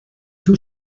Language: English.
two